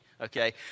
Okay